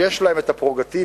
שאף-על-פי שיש להם הפררוגטיבה,